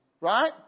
Right